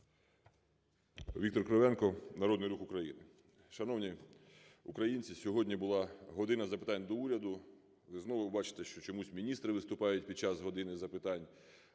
Віктор Кривенко, Народний Рух України. Шановні українці, сьогодні була "година запитань до Уряду". Знову ви бачите, що чомусь міністри виступають під час "години запитань",